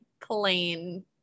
plain